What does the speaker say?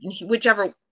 whichever